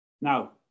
Now